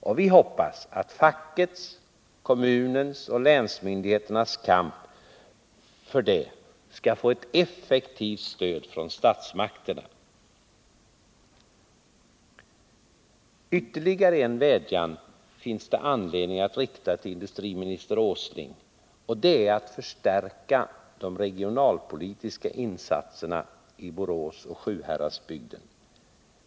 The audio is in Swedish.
Och vi hoppas att fackets, kommunernas och länsmyndigheternas kamp skall få effektivt stöd av statsmakterna. Ytterligare en vädjan finns det anledning att rikta till industriminister Åsling, och det är att förstärka de regionalpolitiska insatserna i Borås och Sjuhäradsbygden.